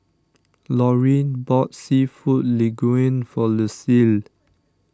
Laurene bought Seafood Linguine for Lucile